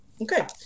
okay